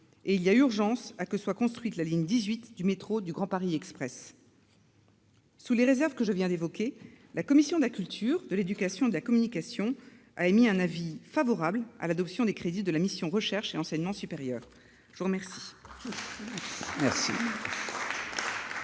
Il y a urgence à ce que soit construite la ligne 18 du métro du Grand Paris Express. Sous les réserves que je viens d'évoquer, la commission de la culture, de l'éducation et de la communication a émis un avis favorable à l'adoption des crédits de la mission « Recherche et enseignement supérieur ». La parole